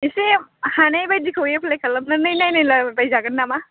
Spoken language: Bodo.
एसे हानायबायदिखौ एप्लाय खालामनानै नायनायला बायजागोन नामा